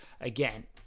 again